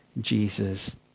jesus